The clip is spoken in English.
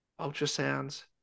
ultrasounds